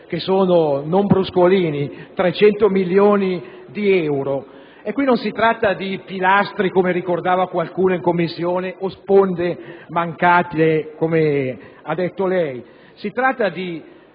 conto: si tratta di 300 milioni di euro. Non si parla di pilastri, come ricordava qualcuno in Commissione, o di sponde mancate, come ha detto lei. Si tratta di